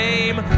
name